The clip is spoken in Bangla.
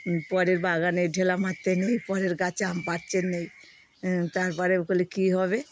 পরের বাগানে ঢেলা মারতে নেই পরের গাছে আম পাড়তে নেই তারপরে বলে কী হবে